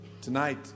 tonight